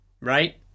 Right